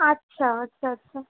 আচ্ছা আচ্ছা আচ্ছা